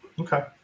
Okay